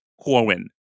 Corwin